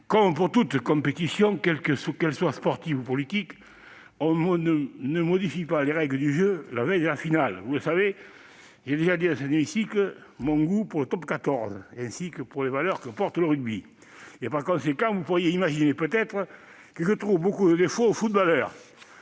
Comme pour toute compétition, qu'elle soit sportive ou politique, on ne modifie pas les règles du jeu la veille de la finale ! Vous le savez, j'ai déjà dit dans cet hémicycle mon goût pour le Top 14, ainsi que pour les valeurs que porte le rugby. Par conséquent, vous pourriez imaginer que je trouve beaucoup de défauts aux footballeurs